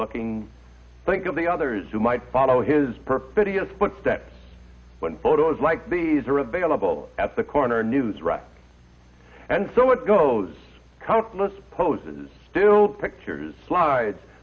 looking think of the others who might follow his perfidious footsteps when photos like these are available at the corner news right and so it goes countless poses still pictures slides